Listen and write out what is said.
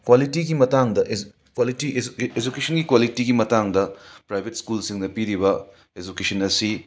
ꯀ꯭ꯋꯥꯂꯤꯇꯤꯒꯤ ꯃꯇꯥꯡꯗ is quality is ꯑꯦꯖꯨꯀꯦꯁꯟꯒꯤ ꯀ꯭ꯋꯥꯂꯤꯇꯤꯒꯤ ꯃꯇꯥꯡꯗ ꯄ꯭ꯔꯥꯏꯕꯦꯠ ꯁ꯭ꯀꯨꯜꯁꯤꯡꯅ ꯄꯤꯔꯤꯕ ꯑꯦꯖꯨꯀꯦꯁꯟ ꯑꯁꯤ